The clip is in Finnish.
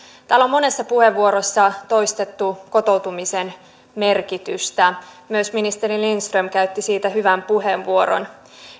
täällä on monessa puheenvuorossa toistettu kotoutumisen merkitystä myös ministeri lindström käytti siitä hyvän puheenvuoron